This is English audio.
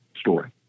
story